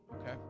okay